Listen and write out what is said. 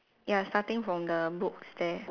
ya starting from the books there